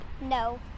No